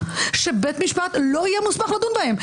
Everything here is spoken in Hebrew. שבית משפט לא יהיה מוסמך לדון בהן.